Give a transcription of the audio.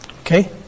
Okay